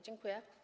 Dziękuję.